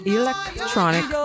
electronic